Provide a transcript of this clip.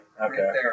okay